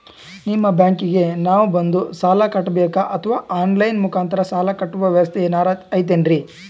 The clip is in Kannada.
ನಿಮ್ಮ ಬ್ಯಾಂಕಿಗೆ ನಾವ ಬಂದು ಸಾಲ ಕಟ್ಟಬೇಕಾ ಅಥವಾ ಆನ್ ಲೈನ್ ಮುಖಾಂತರ ಸಾಲ ಕಟ್ಟುವ ವ್ಯೆವಸ್ಥೆ ಏನಾರ ಐತೇನ್ರಿ?